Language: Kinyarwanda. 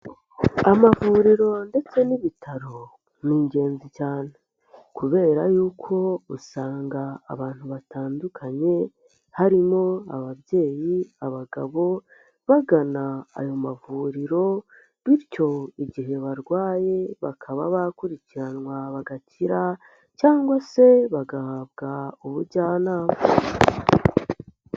Amavuriro ndetse n'ibitaro ni ingenzi cyane kubera yuko usanga abantu batandukanye harimo ababyeyi, abagabo, bagana ayo mavuriro bityo igihe barwaye bakaba bakurikiranwa bagakira cyangwa se bagahabwa ubujyanama.